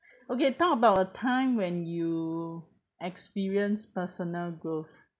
okay talk about a time when you experience personal growth